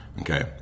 Okay